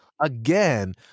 again